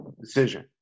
decision